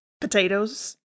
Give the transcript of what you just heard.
Potatoes